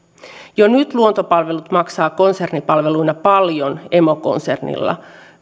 jo nyt luontopalvelut maksaa konsernipalveluina paljon emokonsernille